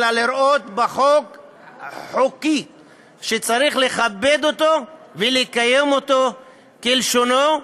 אלא לראות בחוק חוק שצריך לכבד אותו ולקיים אותו כלשונו,